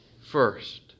first